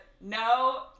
no